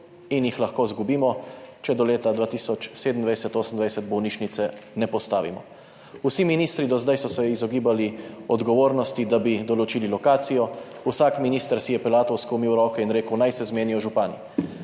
in jih lahko izgubimo, če do leta 2027, 2028 bolnišnice ne postavimo? Vsi ministri do zdaj so se izogibali odgovornosti, da bi določili lokacijo, vsak minister si je pilatovsko umil roke in rekel, naj se zmenijo župani.